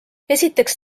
esiteks